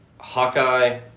Hawkeye